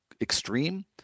extreme